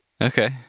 okay